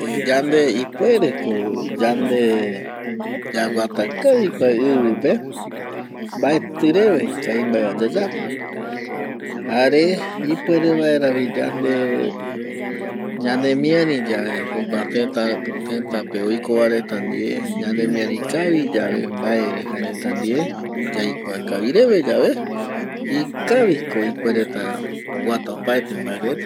Yande ipuere ko, yande yaguata kavi kua ivi pe mbaetɨ reve ikavimbae va yayapo jare ipuere vaera vi yande ñanemiari yave jokua tëtä, tëtä pe oiko va reta ndie ñanemiari kavi yave mbae re jae reta ndie yaikua kavi reve yave ikavi ko ipuereta oguata opaete mbae reta